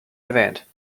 erwähnt